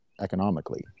economically